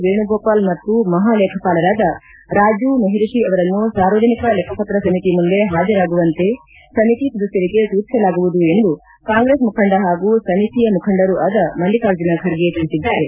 ವೇಣುಗೋಪಾಲ್ ಮತ್ತು ಮಹಾಲೇಖಪಾಲರಾದ ರಾಜೀವ್ ಮೆಹ್ರಿಷಿ ಅವರನ್ನು ಸಾರ್ವಜನಿಕ ಲೆಕ್ಕಪತ್ರ ಸಮಿತಿ ಮುಂದೆ ಹಾಜರಾಗುವಂತೆ ಸಮಿತಿ ಸದಸ್ಯರಿಗೆ ಸೂಚಿಸಲಾಗುವುದು ಎಂದು ಕಾಂಗ್ರೆಸ್ ಮುಖಂಡ ಹಾಗೂ ಸಮಿತಿಯ ಮುಖಂಡರೂ ಆದ ಮಲ್ಲಿಕಾರ್ಜುನ ಖರ್ಗೆ ತಿಳಿಸಿದ್ದಾರೆ